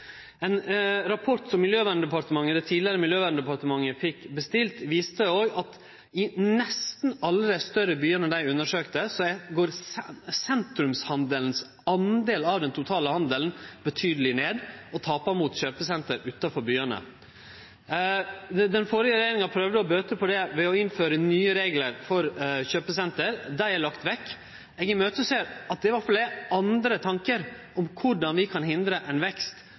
Ein rapport som det tidlegare Miljøverndepartementet fekk bestilt, viste òg at i nesten alle dei større byane dei undersøkte, går sentrumshandelens del av den totale handelen betydeleg ned og tapar mot kjøpesenter utanfor byane. Den førre regjeringa prøvde å bøte på det ved å innføre nye reglar for kjøpesenter. Dei er lagde vekk. Eg ser fram til at det iallfall kjem andre tankar om korleis vi kan hindre ein vekst